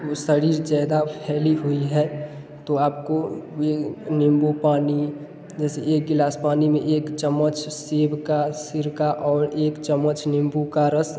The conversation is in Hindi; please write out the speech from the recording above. शरीर ज़्यादा फैली हुई है तो आपको नीम्बू पानी जैसे एक गिलास पानी में एक चम्मच सिरका सिरका और एक चम्मच नीम्बू का रस